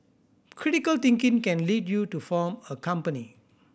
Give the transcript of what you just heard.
critical thinking can lead you to form a company